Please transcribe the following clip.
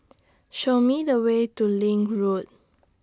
Show Me The Way to LINK Road